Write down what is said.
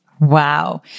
Wow